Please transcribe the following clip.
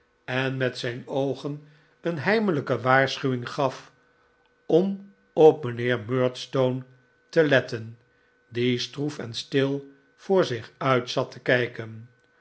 en met zijn oogen een heimelijke waarschuwing gaf om op mijnheer murdstone te letten die stroef en stil voor zich uit zat te kijken